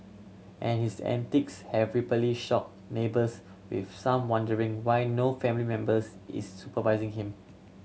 and his antics have repeatedly shocked neighbours with some wondering why no family members is supervising him